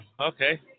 okay